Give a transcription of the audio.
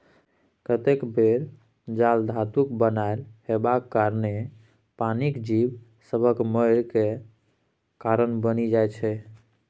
कतेक बेर जाल धातुक बनल हेबाक कारणेँ पानिक जीब सभक मरय केर कारण बनि जाइ छै